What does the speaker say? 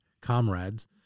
comrades